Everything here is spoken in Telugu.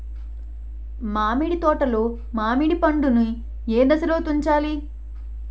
మామిడి తోటలో మామిడి పండు నీ ఏదశలో తుంచాలి?